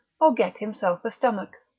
or get himself a stomach.